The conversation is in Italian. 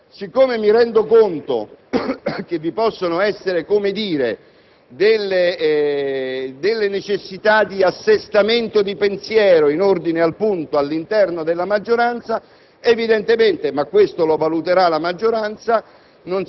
siccome mi rendo conto che vi possono essere delle necessità di assestamento di pensiero in ordine al punto all'interno della maggioranza, evidentemente - ma questo lo valuterà la maggioranza